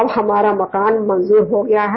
अब हमारा मकान मंजूर हो गया है